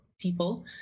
people